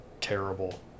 terrible